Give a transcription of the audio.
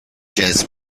jazz